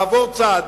לעבור צד.